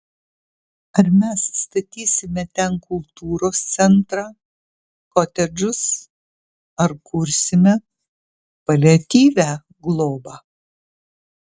ar mes statysime ten kultūros centrą kotedžus ar kursime paliatyvią globą